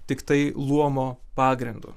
tiktai luomo pagrindu